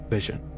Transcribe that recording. Vision